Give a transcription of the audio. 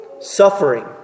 Suffering